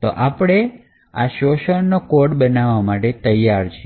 તો આપણે આપણે શોષણનો code બનાવવા તૈયાર છીએ